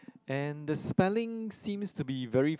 and the spelling seems to be very